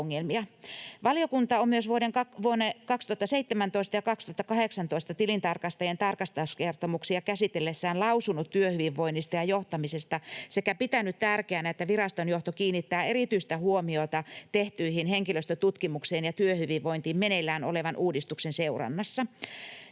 Valiokunta on myös vuosina 2017 ja 2018 tilintarkastajien tarkastuskertomuksia käsitellessään lausunut työhyvinvoinnista ja johtamisesta sekä pitänyt tärkeänä, että viraston johto kiinnittää erityistä huomiota tehtyihin henkilöstötutkimuksiin ja työhyvinvointiin meneillään olevan uudistuksen seurannassa.